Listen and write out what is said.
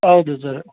ಹೌದು ಸರ್